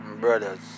brothers